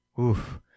oof